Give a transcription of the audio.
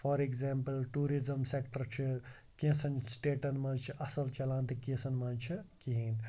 for example tourism sector چھِ کٮ۪نٛژھن سٹیٚٹَن منٛز چھِ اَصٕل چَلان تہٕ کٮ۪نٛژَن منٛز چھِ کِہیٖنۍ